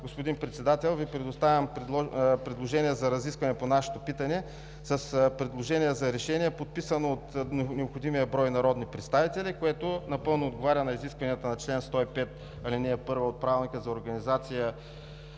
Господин Председател, предоставям Ви предложение за разискване по нашето питане с предложение за Решение, подписано от необходимия брой народни представители, което напълно отговаря на изискванията на чл. 105, ал. 1 от Правилника за организацията